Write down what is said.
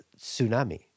Tsunami